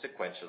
sequentially